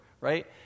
right